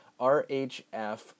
RHF